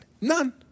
None